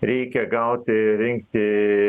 reikia gauti rinkti